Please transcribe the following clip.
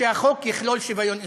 שהחוק יכלול שוויון אישי.